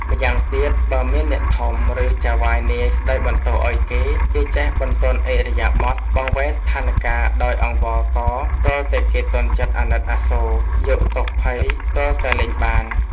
ម្យ៉ាងទៀត បើមានអ្នកធំ ឬចៅហ្វាយនាយស្ដីបន្ទោសឲ្យគេ គេចេះបន្ទន់ឥរិយាបថ បង្វែរស្ថានការណ៍ដោយអង្វរកទាល់តែគេទន់ចិត្តអាណិតអាសូរ យកទោសភ័យទាល់តែលែងបាន។